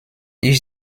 ich